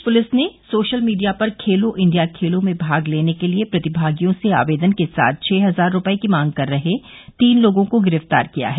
प्रदेश police ने social media पर Khelo India खेलों में भाग लेने के लिए प्रतिभागियों से आवेदन के साथ छः हजार रुपये की मांग कर रहे तीन लोगों को गिरफ्तार किया है